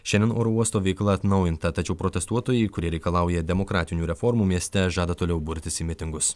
šiandien oro uosto veikla atnaujinta tačiau protestuotojai kurie reikalauja demokratinių reformų mieste žada toliau burtis į mitingus